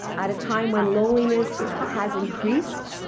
at a time when loneliness has increased,